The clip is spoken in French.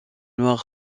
noir